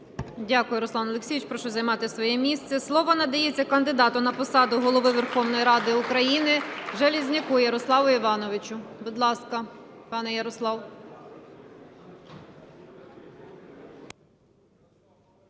Дякую, Руслан Олексійович. Прошу займати своє місце. Слово надається кандидату на посаду Голови Верховної Ради України – Железняку Ярославу Івановичу. Будь ласка, пане Ярослав.